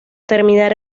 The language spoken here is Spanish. terminar